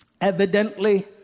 evidently